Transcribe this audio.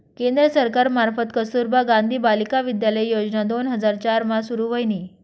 केंद्र सरकार मार्फत कस्तुरबा गांधी बालिका विद्यालय योजना दोन हजार चार मा सुरू व्हयनी